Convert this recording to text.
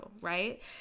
right